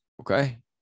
okay